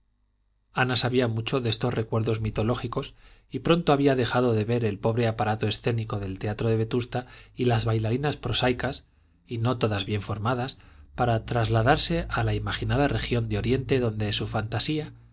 ana sabía mucho de estos recuerdos mitológicos y pronto había dejado de ver el pobre aparato escénico del teatro de vetusta y las bailarinas prosaicas y no todas bien formadas para trasladarse a la imaginada región de oriente donde su fantasía